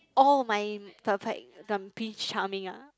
oh my prince charming ah